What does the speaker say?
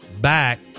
back